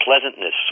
Pleasantness